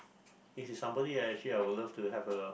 it is somebody I actually I would love to have a